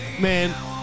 man